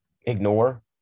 ignore